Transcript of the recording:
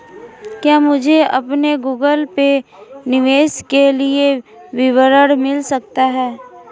क्या मुझे अपने गूगल पे निवेश के लिए विवरण मिल सकता है?